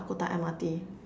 Dakota M_R_T